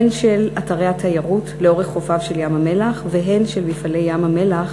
הן של אתרי התיירות לאורך חופיו של ים-המלח והן של "מפעלי ים-המלח",